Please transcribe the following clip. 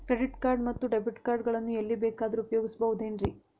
Credit card ಮತ್ತು debit card ಗಳನ್ನು ಎಲ್ಲಿ ಬೇಕಾದ್ರು ಉಪಯೋಗಿಸಬಹುದೇನ್ರಿ?